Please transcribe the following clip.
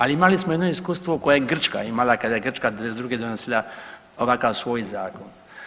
Ali imali smo jedno iskustvo koje je Grčka imala, kada je Grčka '92. donosila ovakav svoj zakon.